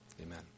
Amen